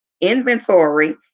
inventory